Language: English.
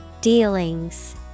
Dealings